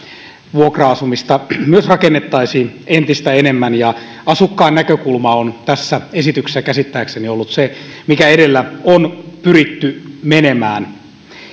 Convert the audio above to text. vuokra asumista myös rakennettaisiin entistä enemmän ja asukkaan näkökulma on tässä esityksessä käsittääkseni ollut se mikä edellä on pyritty menemään